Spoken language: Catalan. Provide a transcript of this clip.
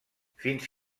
fins